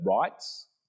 rights